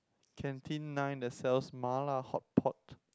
canteen nine that sells mala hotpot